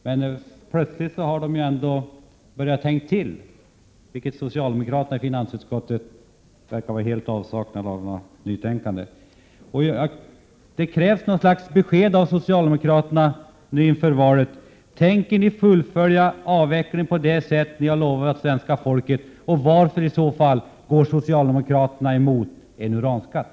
Men plötsligt har de ändå börjat tänka till, medan socialdemokraterna i finansutskottet verkar totalt sakna förmåga till nytänkande. Det krävs något slags besked av socialdemokraterna inför valet: Tänker ni fullfölja en avveckling på det sätt ni har lovat svenska folket? Om så är fallet, varför går ni då emot en uranskatt?